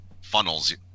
funnels